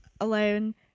alone